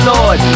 Lord